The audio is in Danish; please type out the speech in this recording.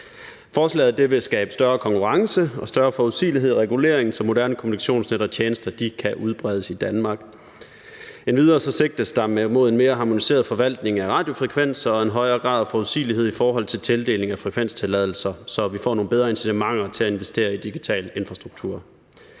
Forslaget vil skabe større konkurrence og større forudsigelighed og regulering, så moderne kommunikationsnet og -tjenester kan udbredes i Danmark. Endvidere sigtes der mod en mere harmoniseret forvaltning af radiofrekvenser og en højere grad af forudsigelighed i forhold til tildelingen af frekvenstilladelser, så vi får nogle bedre incitamenter til at investere i digital infrastruktur.